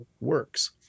works